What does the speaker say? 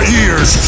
ears